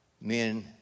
men